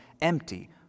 empty